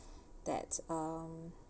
that um